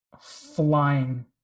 flying